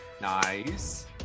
Nice